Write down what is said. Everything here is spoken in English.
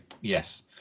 yes